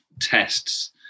tests